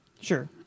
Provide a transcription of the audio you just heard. Sure